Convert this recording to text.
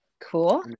Cool